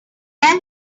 led